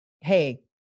Hey